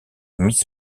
miss